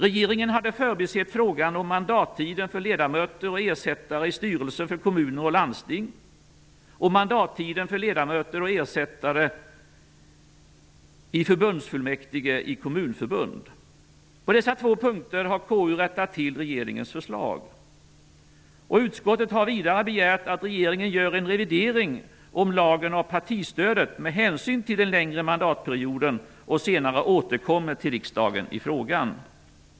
Regeringen hade förbisett frågan om mandattiden för ledamöter och ersättare i styrelser för kommuner och landsting och mandattiden för ledamöter och ersättare i förbundsfullmäktige i kommunförbund. På dessa två punkter har KU rättat till regeringens förslag. Utskottet har vidare begärt att regeringen gör en revidering av lagen om partistödet med hänsyn till den längre mandatperioden och återkommer till riksdagen i frågan.